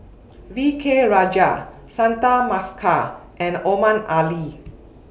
V K Rajah Santha Bhaskar and Omar Ali